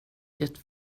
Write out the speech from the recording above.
det